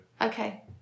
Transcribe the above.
okay